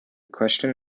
question